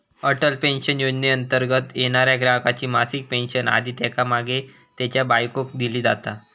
Atal pension योजनेंतर्गत येणाऱ्या ग्राहकाची मासिक पेन्शन आधी त्येका मागे त्येच्या बायकोक दिली जाता